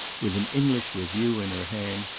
with an english review in her hand,